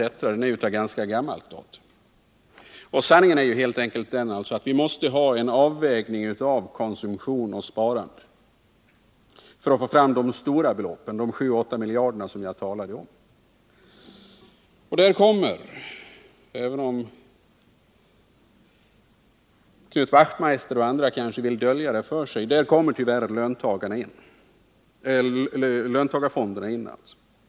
är av ganska gammalt datum, och sanningen är ju att vi måste göra en avvägning av konsumtion och sparande för att få fram de stora beloppen, dvs. de 7-8 miljarder som jag talade om. Och då kommer, även om Knut Wachtmeister och andra kanske vill dölja det för sig, löntagarfonderna in i bilden.